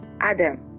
Adam